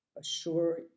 assure